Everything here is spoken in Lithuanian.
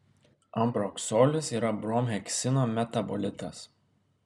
ambroksolis yra bromheksino metabolitas